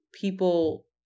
people